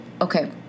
Okay